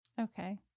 Okay